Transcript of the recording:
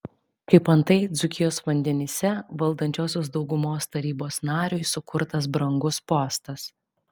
kaip antai dzūkijos vandenyse valdančiosios daugumos tarybos nariui sukurtas brangus postas